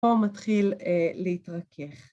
פה מתחיל להתרכך.